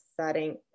setting